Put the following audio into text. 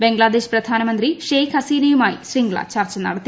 ബംഗ്ലാദേശ് പ്രധാനമന്ത്രി ഷേയ്ഖ് ഹസീനയുമായി ശൃംഗ്ല ചർച്ച നടത്തി